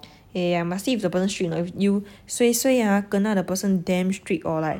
eh I must see if the person strict or not if you suay suay ah kena the person damn strict or like